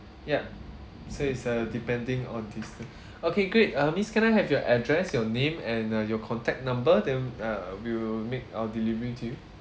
yup so it's uh depending on this ah okay great err miss can I have your address your name and uh your contact number then uh we will make our delivery to you